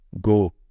go